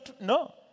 No